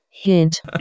hint